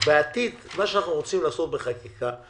שמה שאנחנו רוצים לעשות בחקיקה,